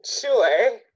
Sure